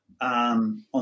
on